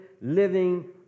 living